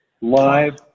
Live